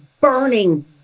burning